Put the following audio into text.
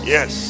Yes